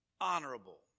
honorable